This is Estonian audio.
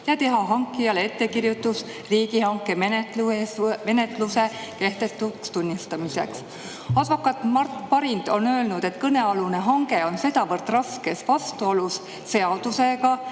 ja teha hankijale ettekirjutus riigihankemenetluse kehtetuks tunnistamiseks. Advokaat Mart Parind on öelnud, et kõnealune hange on sedavõrd raskes vastuolus seadusega